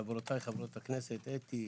חברותיי חברות הכנסת אתי,